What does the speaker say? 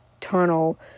tunnel